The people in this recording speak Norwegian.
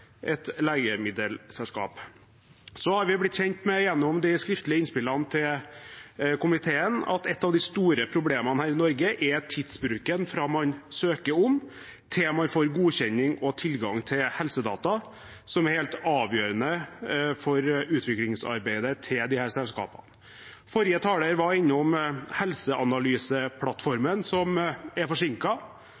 et legemiddelselskap. Så har vi gjennom de skriftlige innspillene til komiteen blitt kjent med at et av de store problemene her i Norge er tidsbruken fra man søker om til man får godkjenning og tilgang til helsedata, som er helt avgjørende for utviklingsarbeidet til disse selskapene. Forrige taler var innom